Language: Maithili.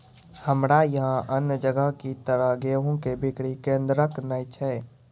हमरा यहाँ अन्य जगह की तरह गेहूँ के बिक्री केन्द्रऽक नैय छैय?